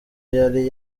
yari